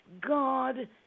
God